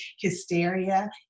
hysteria